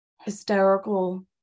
hysterical